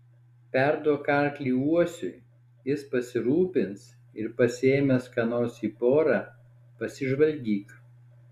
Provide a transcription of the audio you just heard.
perduok arklį uosiui jis pasirūpins ir pasiėmęs ką nors į porą pasižvalgyk